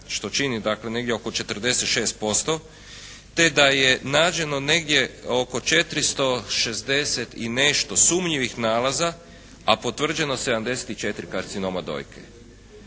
što čini negdje dakle oko 46% te da je nađeno negdje oko 460 i nešto sumnjivih nalaza a potvrđeno 74 karcinoma dojke.